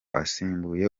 asimbuye